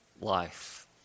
life